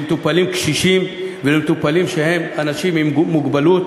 למטופלים קשישים ולמטופלים שהם אנשים עם מוגבלות,